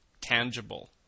tangible